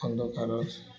ଅନ୍ଧକାର